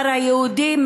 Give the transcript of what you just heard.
הכפר היהודי,